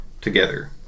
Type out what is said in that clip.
together